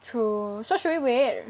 true so should we wait